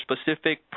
specific